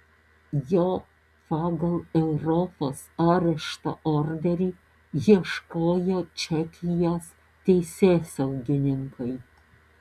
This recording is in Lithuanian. jo pagal europos arešto orderį ieškojo čekijos teisėsaugininkai